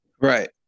Right